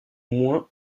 moins